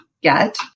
get